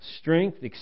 strength